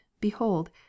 behold